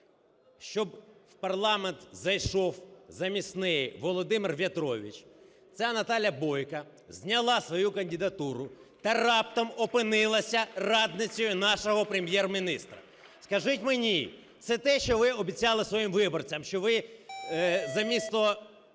Щоб в парламент зайшов замість неї Володимир В'ятрович, ця Наталя Бойко зняла свою кандидатуру та раптом опинилася радницею нашого Прем’єр-міністра. Скажіть мені, це те, що ви обіцяли своїм виборцям, що ви замісто